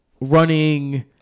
running